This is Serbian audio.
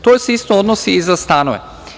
To se isto odnosi i na stanove.